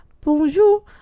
Bonjour